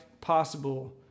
possible